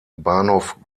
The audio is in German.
bahnhof